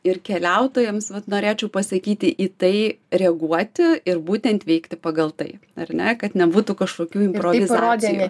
ir keliautojams vat norėčiau pasakyti į tai reaguoti ir būtent veikti pagal tai ar ne kad nebūtų kažkokių improvizacijų